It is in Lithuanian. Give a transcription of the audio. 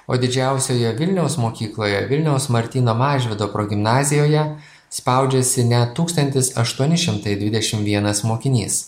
o didžiausioje vilniaus mokykloje vilniaus martyno mažvydo progimnazijoje spaudžiasi ne tūkstantis aštuoni šimtai dvidešim vienas mokinys